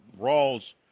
Rawls